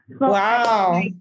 Wow